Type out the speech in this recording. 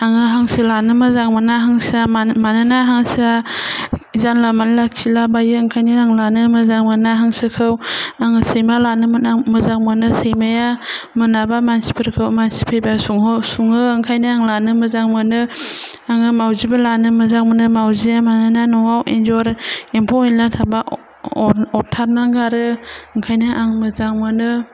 आङो हांसो लानो मोजां मोना मानोना हांसोआ जानला मोनला खिला बायो ओंखायनो आं लानो मोजां मोना हांसोखौ आङो सैमा लानो मोजां मोनो सैमाया मोनाबा मानसिफोरखौ मानसि फैबा सोङो ओंखायनो आं लानो मोजां मोनो आङो मावजिबो लानो मोजां मोनो मावजिया मानोना न'आव एन्जर एम्फौ एनला थाबा अरथारना गारो ओंखायनो आङो मोजां मोनो